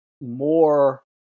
more